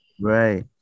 Right